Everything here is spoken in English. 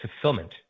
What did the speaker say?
fulfillment